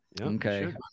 okay